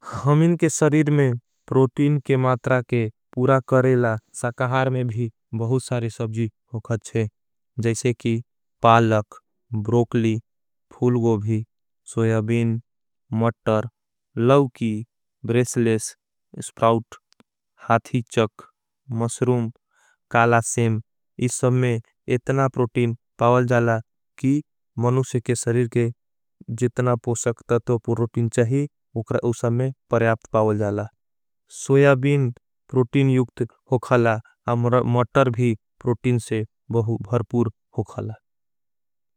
हम इनके सरीर में प्रोटीन के मात्रा के पूरा करेला। साकहार में भी बहुत सारे सबजी हो खाँच्छे जैसे की। पालक, ब्रोकली, फूलगोभी, सोयाबीन, मटर, लवकी। ब्रेसलेस, स्प्राउट, हाथी चक, मश्रूम, काला सेम इस। समय इतना प्रोटीन पावल जाला कि मनुषे के सरीर के। जितना पोशक तत्यो प्रोटीन चाही उस समय परियाप्त। पावल जाला सोयाबीन प्रोटीन यूखत हो खाला। आम मटर भी प्रोटीन से बहुत भर्पूर हो खाला।